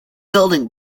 building